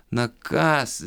na kas